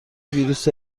ویروس